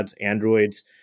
Androids